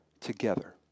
together